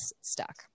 stuck